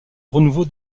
renouveau